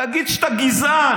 תגיד שאתה גזען.